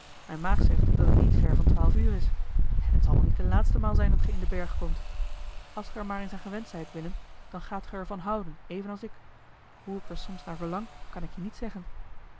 mijne maag zegt dat het niet ver van twaalf uur is en het zal wel niet de laatste eli heimans willem roda maal zijn dat ge in den berg komt als ge er maar eens aan gewend zijt willem dan gaat ge er van houden even als ik hoe ik er soms naar verlang kan ik je niet zeggen